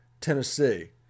Tennessee